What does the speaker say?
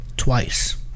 Twice